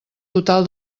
total